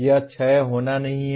यह 6 होना नहीं है